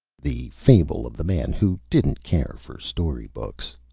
the fable of the man who didn't care for story-books